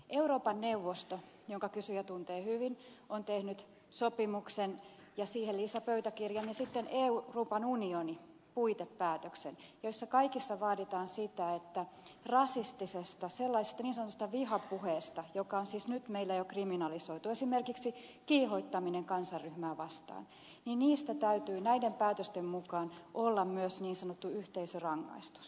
euroopan neuvosto jonka kysyjä tuntee hyvin on tehnyt sopimuksen ja siihen lisäpöytäkirjan ja sitten euroopan unioni puitepäätöksen joissa kaikissa vaaditaan sitä että rasistisesta sellaisesta niin sanotusta vihapuheesta joka on siis nyt meillä jo kriminalisoitu esimerkiksi kiihottaminen kansanryhmää vastaan niin niistä täytyy näiden päätösten mukaan olla myös niin sanottu yhteisörangaistus